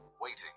waiting